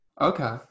okay